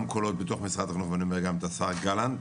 קולות בתוך משרד החינוך ואני אומר גם את השר גלאנט,